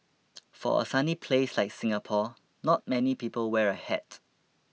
for a sunny place like Singapore not many people wear a hat